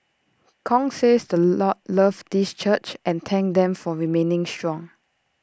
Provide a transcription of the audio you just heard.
Kong says the Lord loves this church and thanked them for remaining strong